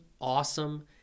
awesome